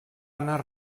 anar